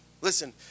Listen